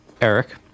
Eric